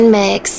mix